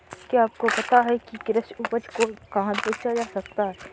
क्या आपको पता है कि कृषि उपज को कहाँ बेचा जा सकता है?